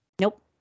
Nope